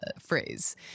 phrase